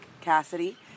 cassidy